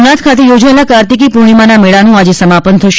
સોમનાથ ખાતે યોજાયેલા કાર્તિકી પૂર્ણિમાના મેળાનું આજે સમાપન થશે